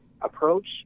approach